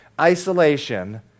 isolation